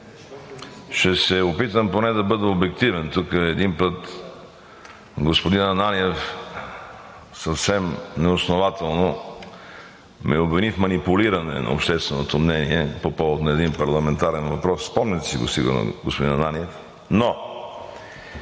ще се опитам поне да бъда обективен. Тук веднъж господин Ананиев съвсем неоснователно ме обвини в манипулиране на общественото мнение по повод на един парламентарен въпрос. Спомняте си го сигурно, господин Ананиев? Но